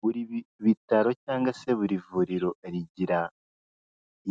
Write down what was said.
Buri bitaro cyangwa se buri vuriro, rigira